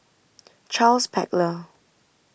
Charles Paglar